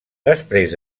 després